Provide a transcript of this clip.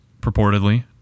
purportedly